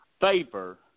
favor